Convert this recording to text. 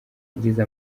yagize